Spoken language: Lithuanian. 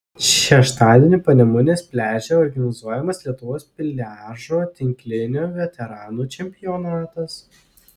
šeštadienį panemunės pliaže organizuojamas lietuvos pliažo tinklinio veteranų čempionatas